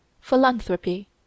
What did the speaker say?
philanthropy